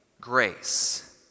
grace